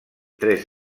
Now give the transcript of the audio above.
tres